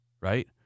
right